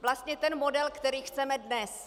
Vlastně ten model, který chceme dnes.